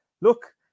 Look